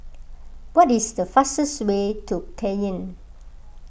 what is the fastest way to Cayenne